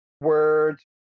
words